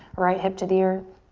right hip to the earth.